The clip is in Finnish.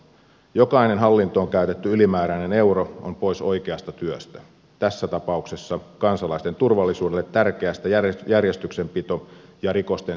jokainen hallintoon käytetty ylimääräinen euro on pois oikeasta työstä tässä tapauksessa kansalaisten turvallisuudelle tärkeästä järjestyksenpito ja rikostenselvittelytyöstä